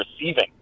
receiving